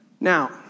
Now